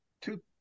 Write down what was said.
Two